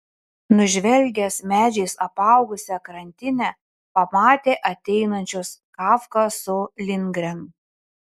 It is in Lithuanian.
nužvelgęs medžiais apaugusią krantinę pamatė ateinančius kafką su lindgren